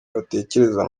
batekereza